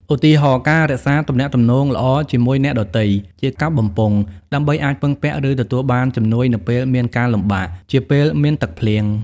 ឧទាហរណ៍ ការរក្សាទំនាក់ទំនងល្អជាមួយអ្នកដទៃ (ជាកាប់បំពង់) ដើម្បីអាចពឹងពាក់ ឬទទួលបានជំនួយនៅពេលមានការលំបាក (ជាពេលមានទឹកភ្លៀង)។